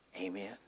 Amen